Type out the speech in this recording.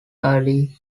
early